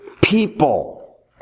people